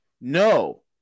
No